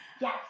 yes